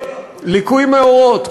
ליקוי מאורות,